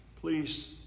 Please